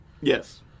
Yes